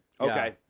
Okay